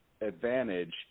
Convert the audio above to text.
advantage